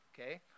okay